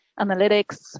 analytics